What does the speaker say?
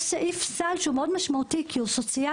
יש סעיף סל שהוא מאוד משמעותי כי הוא סוציאלי.